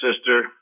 sister